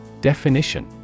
Definition